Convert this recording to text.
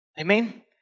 Amen